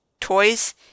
toys